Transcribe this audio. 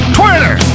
twitter